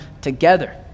together